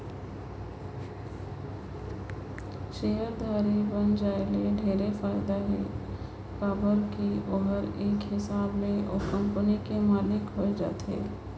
सेयरधारी बइन जाये ले ढेरे फायदा हे काबर की ओहर एक हिसाब ले ओ कंपनी कर मालिक होए जाथे